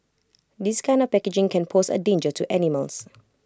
this kind of packaging can pose A danger to animals